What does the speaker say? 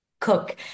cook